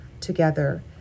together